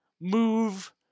move